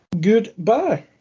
Goodbye